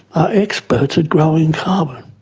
are experts at growing carbon.